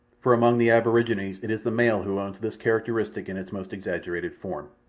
for among the aborigines it is the male who owns this characteristic in its most exaggerated form.